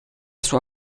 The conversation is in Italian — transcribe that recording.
sua